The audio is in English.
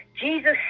Jesus